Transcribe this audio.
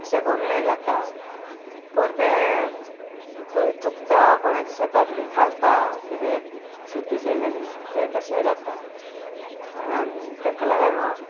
तशें करूनय जाता परतेंकूय चुकता कोणाचे शेतांत बी घालता कितें शेती केलेली तें तशेंय जाता म्हणान तेका लागून